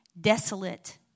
desolate